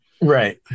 Right